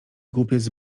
głupiec